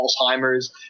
Alzheimer's